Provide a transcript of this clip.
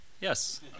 Yes